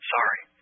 Sorry